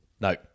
No